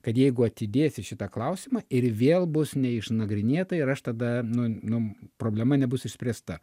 kad jeigu atidėsi šitą klausimą ir vėl bus neišnagrinėta ir aš tada nu nu problema nebus išspręsta